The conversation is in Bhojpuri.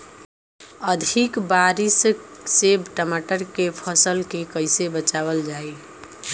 अधिक बारिश से टमाटर के फसल के कइसे बचावल जाई?